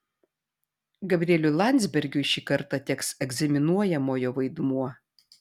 gabrieliui landsbergiui šį kartą teks egzaminuojamojo vaidmuo